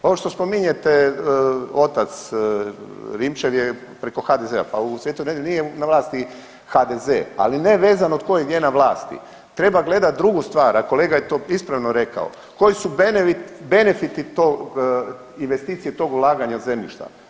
Ovo što spominjete, otac Rimčev je preko HDZ-a, pa u Svetoj Nedelji nije na vlasti HDZ, ali nevezano tko je gdje na vlasti treba gledati drugu stvar, a kolega je to ispravno rekao, koji su benefiti tog investicije tog ulaganja zemljišta.